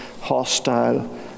hostile